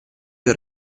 per